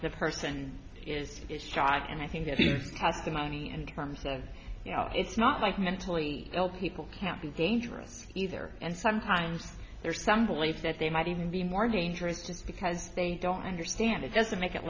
the person is shot and i think that he has the money and arms and you know it's not like mentally ill people can't be dangerous either and sometimes there's some belief that they might even be more dangerous just because they don't understand it doesn't make it